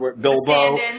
Bilbo